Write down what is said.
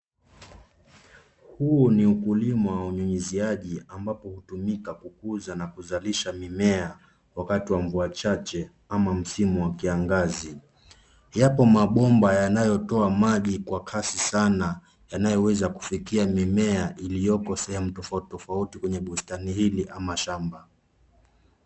Huu ni ukulima wa unyunyiziaji ambapo hutumika kukuza na kuzalisha mimea wakati wa mvua chache ama msimu wa kiangazi . Yapo mabomba yanayotoa maji kwa kasi sana yanayoweza kufikia mimea iliyoko sehemu tofauti tofauti kwenye bustani hili ama shamba.